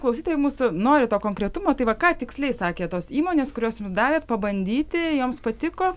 klausytojai mūsų nori to konkretumo tai va ką tiksliai sakė tos įmonės kurios jums davė pabandyti joms patiko